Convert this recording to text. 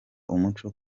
umuco